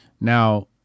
Now